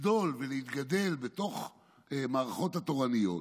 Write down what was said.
לגדול ולהתגדל בתוך המערכות התורניות,